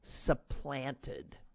supplanted